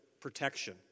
protection